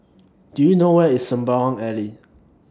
Do YOU know Where IS Sembawang Alley